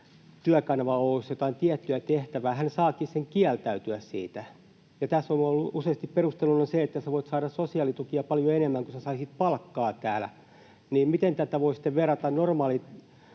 Työkanava Oy:ssä jotain tiettyä tehtävää, hän saakin kieltäytyä siitä. Tässä on ollut useasti perusteluna se, että sinä voit saada sosiaalitukia paljon enemmän kuin sinä saisit palkkaa täällä. Miten tätä voi sitten verrata normaaliin,